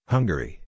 Hungary